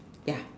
ya